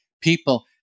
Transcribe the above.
people